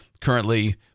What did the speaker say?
currently